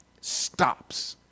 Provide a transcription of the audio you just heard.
stops